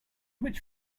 which